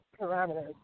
parameters